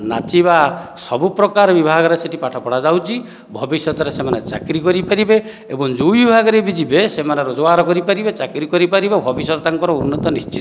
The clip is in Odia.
ନାଚିବା ସବୁପ୍ରକାର ବିଭାଗର ସେହି ପାଠପଢ଼ା ଯାଉଅଛି ଭବିଷ୍ୟତର ସେମାନେ ଚାକିରୀ କରିପାରିବେ ଏବଂ ଯେଉଁ ବିଭାଗରେ ବି ଯିବେ ସେମାନେ ରୋଜଗାର କରିପାରିବେ ଚାକିରୀ କରିପାରିବେ ଭବିଷ୍ୟତ ତାଙ୍କର ଉନ୍ନତ ନିଶ୍ଚିନ୍ତ